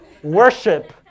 worship